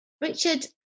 Richard